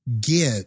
get